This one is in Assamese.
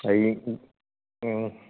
হেৰি